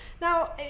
Now